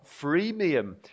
freemium